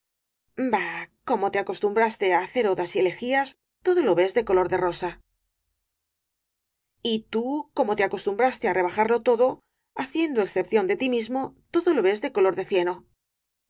como te acostumbraste á hacer odas y elegías todo lo ves de color de rosa y tú como te acostumbraste á rebajarlo todo haciendo excepción de ti mismo todo lo ves de color de cieno